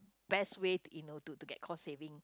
best way you know to to get cost saving